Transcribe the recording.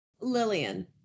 Lillian